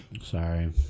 Sorry